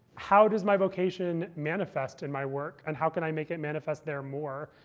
how does my vocation manifest in my work? and how can i make it manifest there more?